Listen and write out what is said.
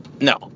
No